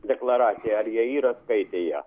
deklaraciją ar jie yra skaitę ją